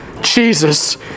Jesus